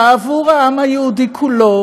ועבור העם היהודי כולו.